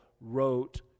wrote